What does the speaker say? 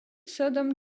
sodom